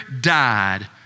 died